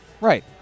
Right